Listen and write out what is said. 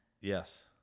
Yes